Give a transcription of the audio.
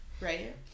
Right